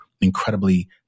incredibly